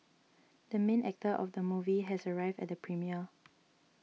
the main actor of the movie has arrived at the premiere